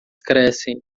crescem